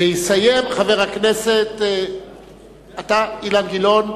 ויסיים חבר הכנסת, אתה, אילן גילאון,